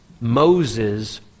Moses